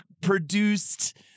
produced